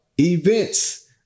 events